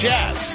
Jazz